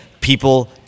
People